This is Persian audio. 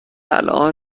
الان